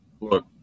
look